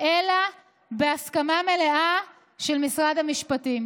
אלא בהסכמה מלאה של משרד המשפטים.